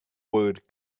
word